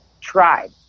tried